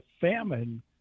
famine